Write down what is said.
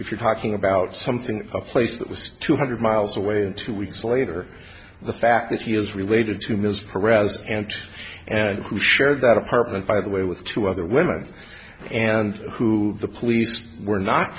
if you're talking about something in a place that was two hundred miles away and two weeks later the fact that he is related to mr perez and and who shared that apartment by the way with two other women and who the police were not